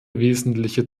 wesentliche